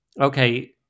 okay